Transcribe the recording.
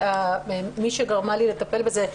מי שגרמה לי לטפל בזה,